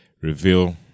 Reveal